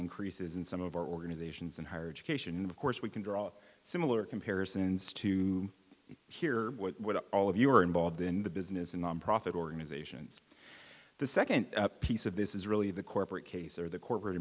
increases in some of our organizations in higher education and of course we can draw similar comparisons to hear what all of you are involved in the business and nonprofit organizations the second piece of this is really the corporate case or the corporate